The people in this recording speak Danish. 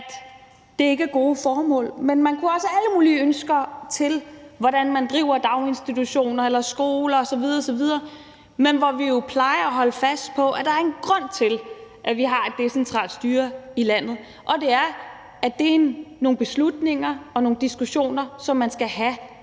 det ikke er gode formål, men man kunne også have alle mulige andre ønsker til, hvordan man driver daginstitutioner eller skoler osv. osv., men hvor vi jo plejer at holde fast på, at der er en grund til, at vi har et decentralt styre i landet, og det er, at det er nogle beslutninger og nogle diskussioner, som man skal have